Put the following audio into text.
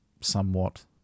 somewhat